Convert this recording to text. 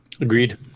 Agreed